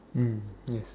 mm ya